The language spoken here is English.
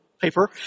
paper